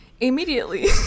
Immediately